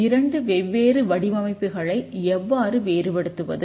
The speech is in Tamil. இரண்டு வெவ்வேறு வடிவமைப்புகளை எவ்வாறு வேறுபடுத்துவது